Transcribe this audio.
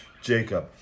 Jacob